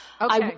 Okay